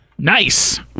Nice